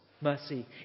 mercy